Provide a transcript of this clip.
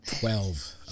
Twelve